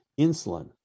insulin